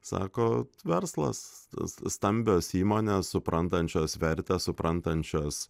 sako verslas tos stambios įmonės suprantančios vertę suprantančios